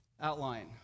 outline